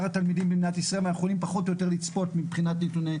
התלמידים בישראל ואנחנו יכולים פחות או יותר לצפות מבחינת הנתונים.